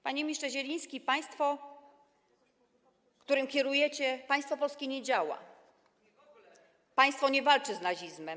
Panie ministrze Zieliński, państwo, którym kierujecie, państwo polskie nie działa, państwo nie walczy z nazizmem.